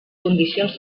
condicions